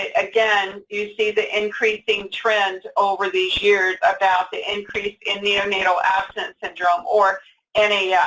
ah again, you see the increasing trend over these years about the increase in neonatal abstinence syndrome, or and yeah